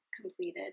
completed